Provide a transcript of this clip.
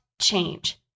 change